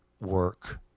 work